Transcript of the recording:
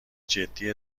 جدی